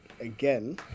again